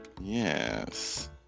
Yes